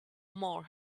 more